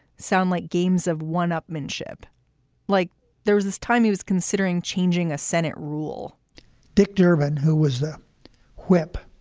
soundlike games of one upmanship like there was this time he was considering changing a senate rule dick durbin, who was the whip,